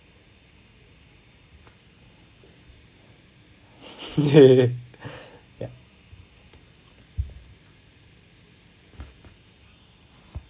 ya